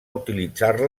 utilitzar